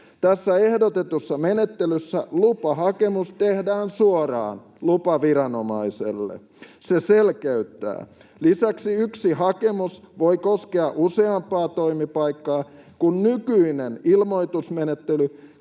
Tässä ehdotetussa menettelyssä lupahakemus tehdään suoraan lupaviranomaiselle — se selkeyttää. Lisäksi yksi hakemus voi koskea useampaa toimipaikkaa, kun nykyinen ilmoitusmenettely